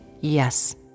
yes